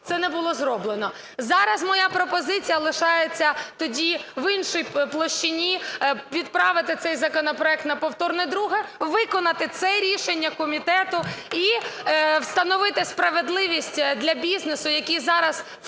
це не було зроблено. Зараз моя пропозиція лишається тоді в іншій площині: відправити цей законопроект на повторне друге, виконати це рішення комітету і встановити справедливість для бізнесу, який зараз в